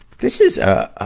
this is a,